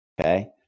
Okay